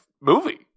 movie